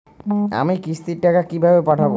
আমি কিস্তির টাকা কিভাবে পাঠাব?